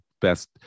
best